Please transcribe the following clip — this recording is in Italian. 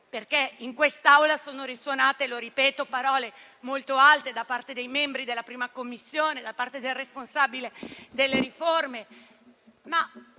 che in quest'Aula sono risuonate parole molto alte da parte dei membri della 1a Commissione e da parte del responsabile delle riforme